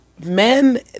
Men